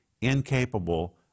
incapable